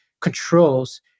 controls